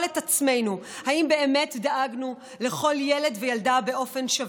את עצמנו אם באמת דאגנו לכל ילדה וילד באופן שווה: